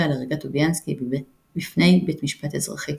על הריגת טוביאנסקי בפני בית משפט אזרחי.